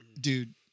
Dude